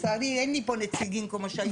לצערי אין לי פה נציגים כמו שהיו